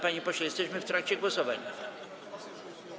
Panie pośle, jesteśmy w trakcie głosowań.